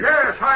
Yes